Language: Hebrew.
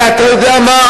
אתה יודע מה,